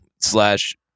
slash